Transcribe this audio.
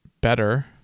better